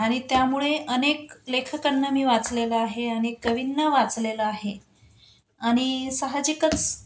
आणि त्यामुळे अनेक लेखकांना मी वाचलेलं आहे आनेक कवींना वाचलेलं आहे आणि साहजिकच